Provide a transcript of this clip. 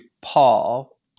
Paul